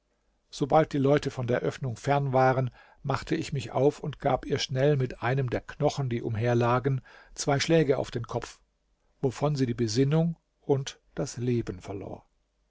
sobald die leute von der öffnung fern waren machte ich mich auf und gab ihr schnell mit einem der knochen die umher lagen zwei schläge auf den kopf wovon sie die besinnung und das leben verlor